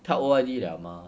他 O_R_D liao mah